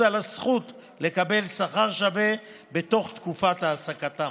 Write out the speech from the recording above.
על הזכות לקבל שכר שווה בתוך תקופת העסקתם.